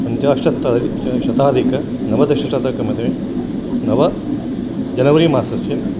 पञ्चाशत् शताधिकनवदशशतकमे नव जनवरिमासस्य